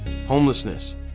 homelessness